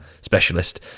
specialist